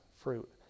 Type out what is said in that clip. fruit